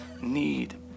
need